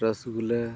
ᱨᱚᱥᱚᱜᱩᱞᱞᱟᱹ